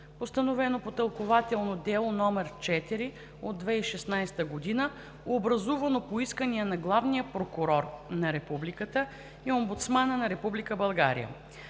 постановено по тълкувателно дело № 4/2016 г., образувано по искания на Главния прокурор на Републиката и на Омбудсмана на Република България.